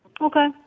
Okay